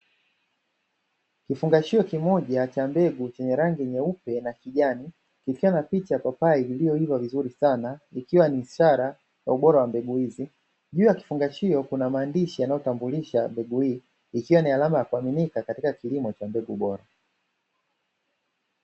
Kifungashio kimoja cha mbegu chenye rangi nyeupe na kijani kikiwa na picha ya papai lililoiva vizuri sana ikiwa ni ishara ya ubora wa mbegu hizi. Juu ya kifungashio kuna maandishi yanayotambulisha mbegu hii ikiwa ni alama ya kuaminika katika kilimo cha mbegu bora.